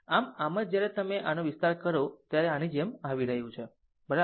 આમ આમ જ જ્યારે તમે આનો વિસ્તાર કરો ત્યારે તે આની જેમ આવી રહ્યું છે બરાબર